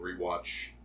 rewatch